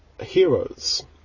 heroes